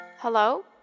Hello